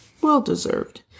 Well-deserved